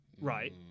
Right